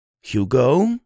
Hugo